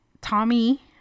Tommy